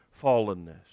fallenness